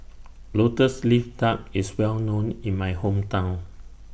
Lotus Leaf Duck IS Well known in My Hometown